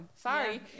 Sorry